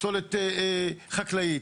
פסולת חקלאית,